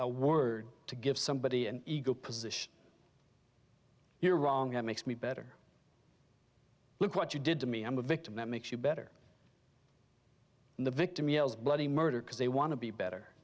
a word to give somebody an ego position you're wrong it makes me better look what you did to me i'm a victim that makes you better than the victim yells bloody murder because they want to be better